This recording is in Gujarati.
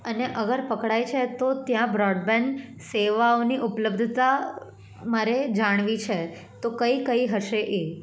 અને અગર પકડાય છે તો ત્યાં બ્રોડબેન્ડ સેવાઓની ઉપલબ્ધતા મારે જાણવી છે તો કઈ કઈ હશે એ